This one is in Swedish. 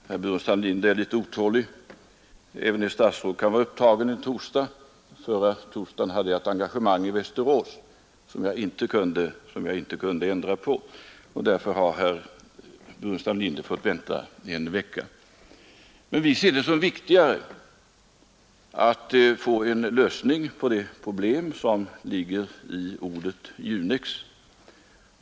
Herr talman! Herr Burenstam Linder är litet otålig. Även ett statsråd kan vara upptagen en torsdag. Förra torsdagen hade jag ett engagemang i Västerås som jag inte kunde ändra på, och därför har herr Burenstam Linder fått vänta en vecka. Vi ser det som viktigare att få en lösning på de problem som ligger i ordet Junex.